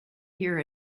hear